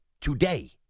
today